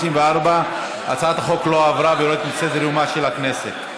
54. הצעת החוק לא עברה ויורדת מסדר-יומה של הכנסת.